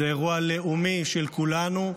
זה אירוע לאומי של כולנו,